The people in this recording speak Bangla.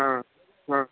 হ্যাঁ হ্যাঁ